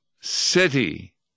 city